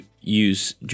use